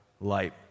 light